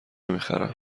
میخرم